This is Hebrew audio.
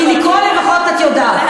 כי לקרוא, לפחות את יודעת.